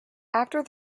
after